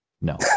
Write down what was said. No